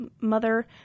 mother